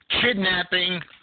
kidnapping